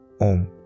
Om